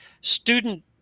student